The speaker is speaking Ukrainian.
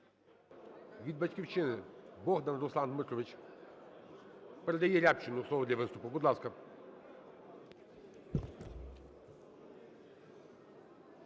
Від "Батьківщини" Богдан Руслан Дмитрович. Передає Рябчину слово для виступу. Будь ласка.